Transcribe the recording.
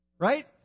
Right